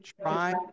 try